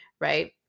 right